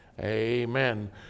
Amen